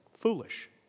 foolish